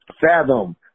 fathom